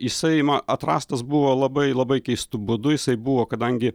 jisai atrastas buvo labai labai keistu būdu jisai buvo kadangi